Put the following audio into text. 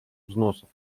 взносов